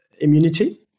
immunity